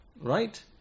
right